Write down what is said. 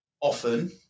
often